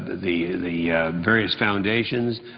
the the various foundations,